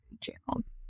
channels